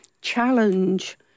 challenge